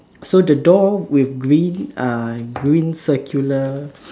so the door with green uh green circular